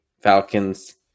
Falcons